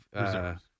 reserves